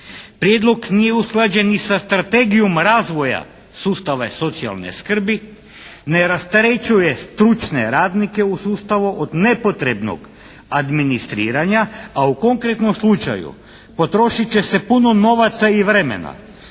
Prijedlog nije usklađen ni sa strategijom razvija sustava socijalne skrbi, ne rasterećuje stručne radnike u sustavu od nepotrebnog administriranja, a u konkretnom slučaju potrošit će se puno novaca i vremena